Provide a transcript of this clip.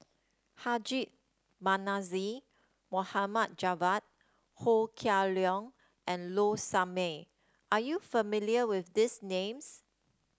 Haji Namazie Mohd Javad Ho Kah Leong and Low Sanmay are you familiar with these names